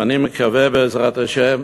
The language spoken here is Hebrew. ואני מקווה, בעזרת השם,